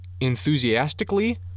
enthusiastically